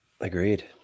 agreed